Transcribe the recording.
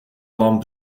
lamp